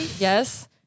Yes